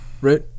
right